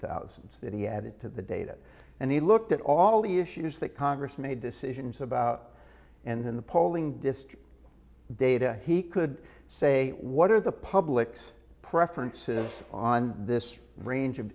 thousand that he added to the data and he looked at all the issues that congress made decisions about and in the polling district data he could say what are the public's preferences on this range of